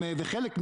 וחלק,